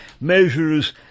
measures